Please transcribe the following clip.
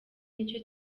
nicyo